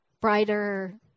brighter